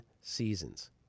seasons